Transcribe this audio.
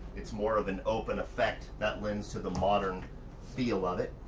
it's more of an open effect. that lends to the modern feel of it.